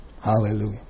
Hallelujah